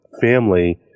family